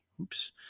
oops